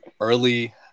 Early